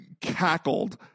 cackled